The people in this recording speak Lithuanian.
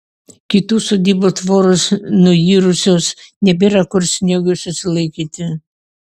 kitų sodybų tvoros nuirusios nebėra kur sniegui susilaikyti